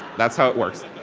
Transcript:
that's how it works.